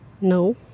no